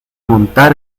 montar